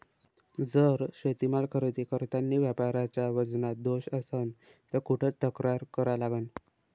जर शेतीमाल खरेदी करतांनी व्यापाऱ्याच्या वजनात दोष असन त कुठ तक्रार करा लागन?